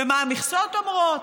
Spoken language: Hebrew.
ומה המכסות אומרות.